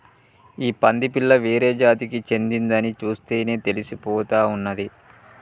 ఈ పంది పిల్ల వేరే జాతికి చెందిందని చూస్తేనే తెలిసిపోతా ఉన్నాది